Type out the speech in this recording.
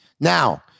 Now